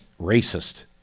racist